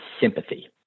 sympathy